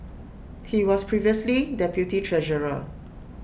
he was previously deputy treasurer